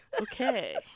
Okay